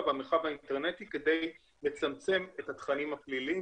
במרחב האינטרנטי כדי לצמצם את התכנים הפליליים